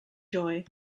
joy